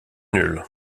nulle